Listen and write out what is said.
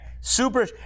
super